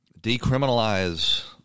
decriminalize